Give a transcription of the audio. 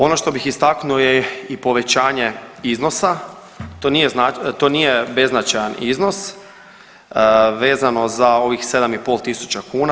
Ono što bih istaknuo je i povećanje iznosa to nije beznačajan iznos vezano za ovih 7.500 kuna.